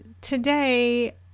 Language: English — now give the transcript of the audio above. today